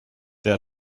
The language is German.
der